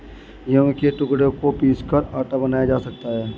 गेहूं के टुकड़ों को पीसकर आटा बनाया जा सकता है